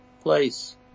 place